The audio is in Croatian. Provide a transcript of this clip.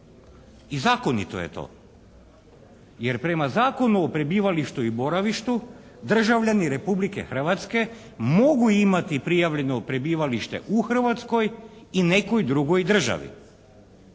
I zakonito je to, jer prema Zakonu o prebivalištu i boravištu državljani Republike Hrvatske mogu imati prijavljeno prebivalište u Hrvatskoj i nekoj drugoj državi.